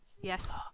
Yes